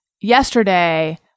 yesterday